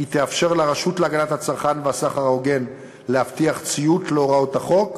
היא תאפשר לרשות להגנת הצרכן והסחר ההוגן להבטיח ציות להוראות החוק,